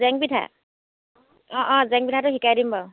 জেং পিঠা অঁ অঁ জেং পিঠাটো শিকাই দিম বাৰু